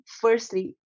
firstly